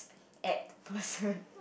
apt person